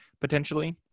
potentially